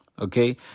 Okay